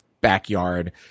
backyard